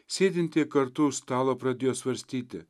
sėdinti kartu stalo pradėjo svarstyti